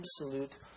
absolute